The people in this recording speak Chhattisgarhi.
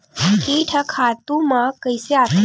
कीट ह खातु म कइसे आथे?